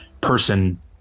person